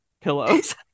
pillows